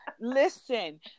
Listen